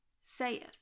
saith